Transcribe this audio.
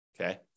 Okay